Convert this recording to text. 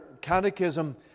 Catechism